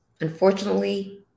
Unfortunately